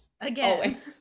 Again